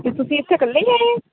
ਅਤੇ ਤੁਸੀਂ ਇੱਥੇ ਇਕੱਲੇ ਹੀ ਆਏ ਹੈ